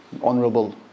honorable